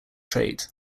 trait